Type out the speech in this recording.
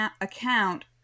account